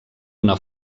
una